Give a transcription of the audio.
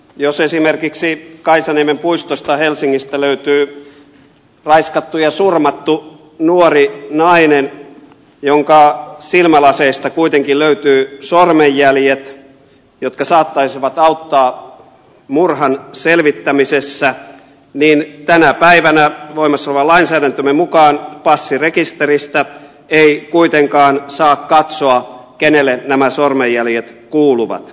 jos esimerkiksi kaisaniemen puistosta helsingistä löytyy raiskattu ja surmattu nuori nainen jonka silmälaseista kuitenkin löytyy sormenjäljet jotka saattaisivat auttaa murhan selvittämisessä niin tänä päivänä voimassa olevan lainsäädäntömme mukaan passirekisteristä ei kuitenkaan saa katsoa kenelle nämä sormenjäljet kuuluvat